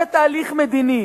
או-טו-טו יהיה תהליך מדיני.